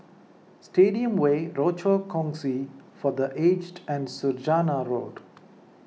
Stadium Way Rochor Kongsi for the Aged and Saujana Road